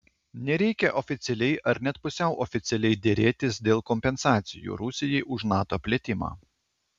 nereikia oficialiai ar net pusiau oficialiai derėtis dėl kompensacijų rusijai už nato plėtimą